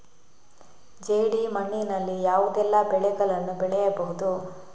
ಜೇಡಿ ಮಣ್ಣಿನಲ್ಲಿ ಯಾವುದೆಲ್ಲ ಬೆಳೆಗಳನ್ನು ಬೆಳೆಯಬಹುದು?